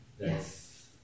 Yes